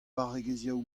barregezhioù